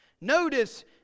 Notice